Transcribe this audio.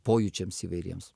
pojūčiams įvairiems